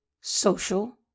social